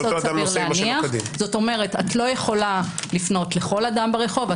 כלומר אינך יכולה לפנות לכל אדם ברחוב.